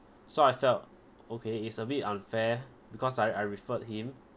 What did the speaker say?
so I felt okay it's a bit unfair because I I referred him